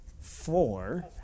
four